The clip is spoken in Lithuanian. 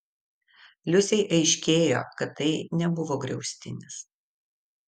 liusei aiškėjo kad tai nebuvo griaustinis